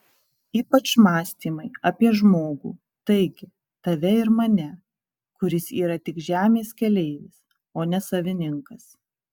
ypač mąstymai apie žmogų taigi tave ir mane kuris yra tik žemės keleivis o ne savininkas